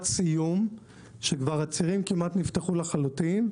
סיום כשהצירים כבר כמעט נפתחו לחלוטין,